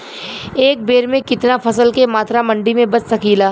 एक बेर में कितना फसल के मात्रा मंडी में बेच सकीला?